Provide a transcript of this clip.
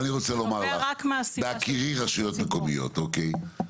בהכירי רשויות מקומיות אוקיי?